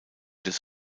des